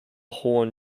horn